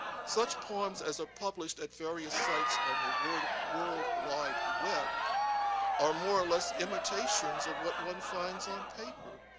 such poems as are published at various sites on the world world wide web are more or less imitations of what one finds on paper.